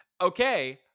okay